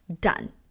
done